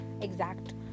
exact